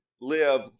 live